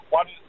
one